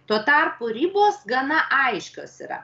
tuo tarpu ribos gana aiškios yra